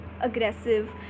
aggressive